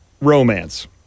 Romance